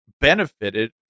benefited